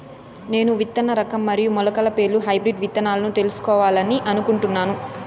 నేను విత్తన రకం మరియు మొలకల పేర్లు హైబ్రిడ్ విత్తనాలను తెలుసుకోవాలని అనుకుంటున్నాను?